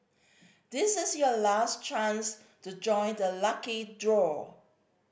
this is your last chance to join the lucky draw